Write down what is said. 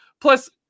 Plus